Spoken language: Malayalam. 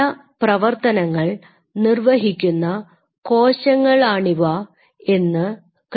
പല പ്രവർത്തനങ്ങൾ നിർവഹിക്കുന്ന കോശങ്ങൾ ആണിവ എന്ന് കരുതുക